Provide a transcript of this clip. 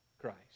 Christ